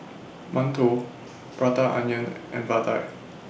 mantou Prata Onion and Vadai